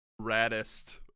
raddest